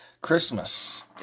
Christmas